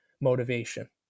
motivation